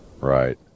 Right